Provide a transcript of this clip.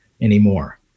anymore